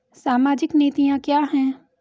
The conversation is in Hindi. सामाजिक नीतियाँ क्या हैं?